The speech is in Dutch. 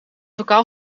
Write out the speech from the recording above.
lokaal